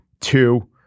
Two